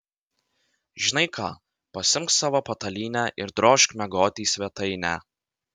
žinai ką pasiimk savo patalynę ir drožk miegoti į svetainę